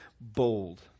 bold